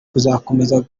kuzakomeza